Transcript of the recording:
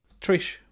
Trish